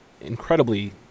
incredibly